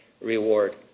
reward